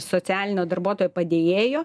socialinio darbuotojo padėjėjo